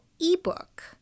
ebook